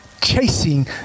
chasing